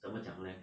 怎么讲 leh